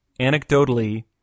anecdotally